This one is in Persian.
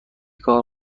کار